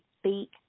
speak